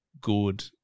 good